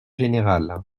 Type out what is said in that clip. général